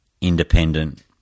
independent